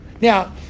Now